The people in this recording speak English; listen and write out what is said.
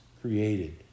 created